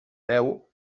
deu